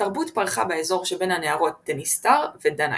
התרבות פרחה באזור שבין הנהרות דניסטר ודנייפר.